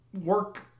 work